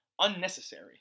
Unnecessary